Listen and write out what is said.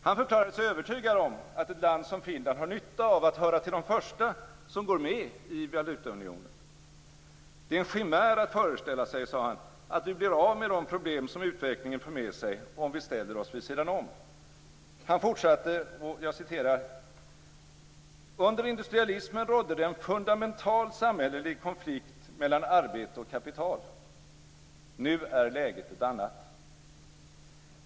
Han förklarade sig övertygad om att ett land som Finland har nytta av att höra till de första som går med i valutaunionen. Det är en chimär att föreställa sig, sade han, att vi blir av med de problem som utvecklingen för med sig om vi ställer oss vid sidan om. Han fortsatte: "Under industrialismen rådde det en fundamental samhällelig konflikt mellan arbete och kapital. Nu är läget ett annat.